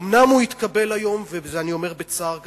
אומנם הוא יתקבל היום, ואת זה אני אומר בצער גדול,